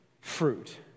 fruit